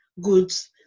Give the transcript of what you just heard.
goods